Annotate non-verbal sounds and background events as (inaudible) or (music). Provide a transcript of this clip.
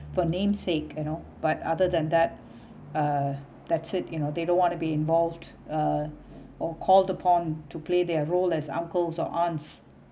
for namesake you know but other than that (breath) uh that's it you know they don't want to be involved uh or called upon to play their role as uncles or aunts